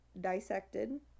dissected